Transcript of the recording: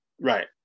Right